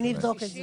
אני אבדוק את זה.